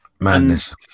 Madness